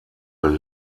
will